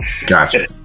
Gotcha